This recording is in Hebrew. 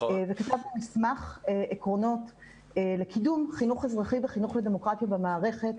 וכתבנו מסמך עקרונות לקידום חינוך אזרחי וחינוך לדמוקרטיה במערכת,